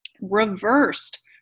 reversed